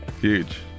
Huge